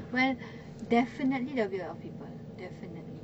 well definitely there will be a lot of people definitely